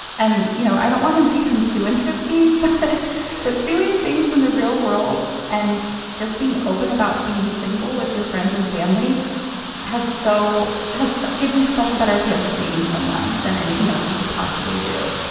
and you know i don't want him to become too interesting but doing things in the real world and just being open about being single with your friends and family has so has gives you such a better chance at meeting someone than anything else you could possibly do.